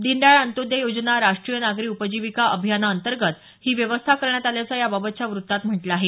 दीनदयाळ अंत्योदय योजना राष्टीय नागरी उपजीविका अभियान अंतर्गत ही व्यवस्था करण्यात आल्याचं या बाबतच्या वृत्तात म्हटलं आहे